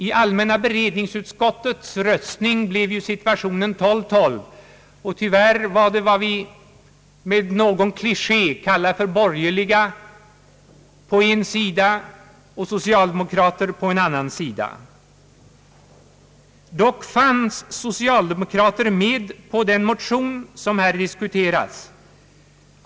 I allmänna beredningsutskottets röstning blev det 12 röster mot 12, men tyvärr var det vad vi med en gammal kliché kallar för de borgerliga på ena sidan och social demokraterna på den andra sidan. Dock fanns socialdemokrater med på den motion som här diskuteras.